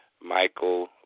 Michael